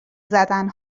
زدن